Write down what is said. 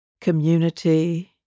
community